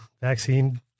Vaccine